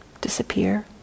disappear